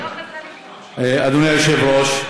אדוני היושב-ראש,